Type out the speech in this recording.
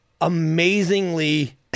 Amazingly